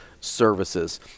services